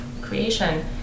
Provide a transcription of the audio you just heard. creation